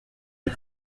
des